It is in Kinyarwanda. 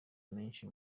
menshi